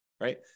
right